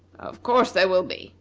of course there will be,